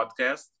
podcast